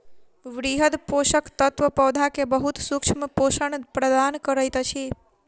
वृहद पोषक तत्व पौधा के बहुत सूक्ष्म पोषण प्रदान करैत अछि